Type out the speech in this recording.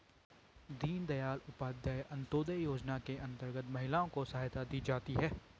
दीनदयाल उपाध्याय अंतोदय योजना के अंतर्गत महिलाओं को सहायता दी जाती है